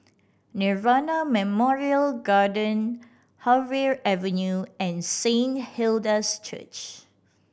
Nirvana Memorial Garden Harvey Avenue and Saint Hilda's Church